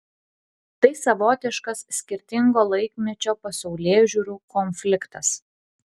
tai savotiškas skirtingo laikmečio pasaulėžiūrų konfliktas